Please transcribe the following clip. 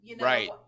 right